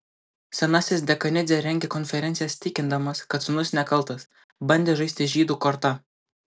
senasis dekanidzė rengė konferencijas tikindamas kad sūnus nekaltas bandė žaisti žydų korta